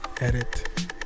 edit